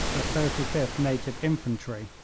the thirty fifth native infantry,